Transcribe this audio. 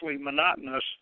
monotonous